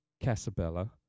Casabella